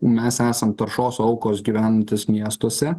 mes esam taršos aukos gyvenantys miestuose